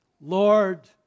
Lord